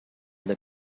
деп